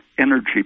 energy